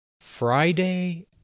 Friday